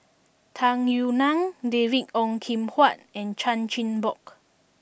Tung Yue Nang David Ong Kim Huat and Chan Chin Bock